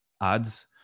ads